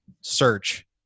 search